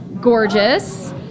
gorgeous